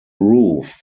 roof